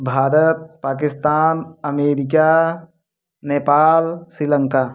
Bharat Pakistan America Nepal Sri Lanka